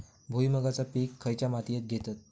भुईमुगाचा पीक खयच्या मातीत घेतत?